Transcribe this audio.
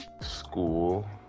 school